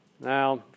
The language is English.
Now